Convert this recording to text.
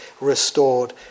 restored